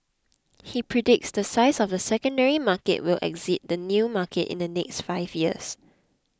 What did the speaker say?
he predicts the size of the secondary market will exceed the new market in the next five years